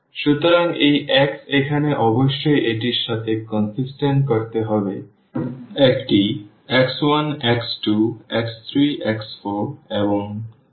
সুতরাং এই x এখানে অবশ্যই এটির সাথে সামঞ্জস্যপূর্ণ করতে হবে একটি x1 x2 x3 x4 এবং x5 এর মতো থাকবে